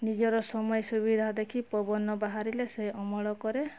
ନିଜର ସମୟ ସୁବିଧା ଦେଖି ପବନ ବାହାରିଲେ ସେ ଅମଳ କରେ